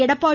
Edappadi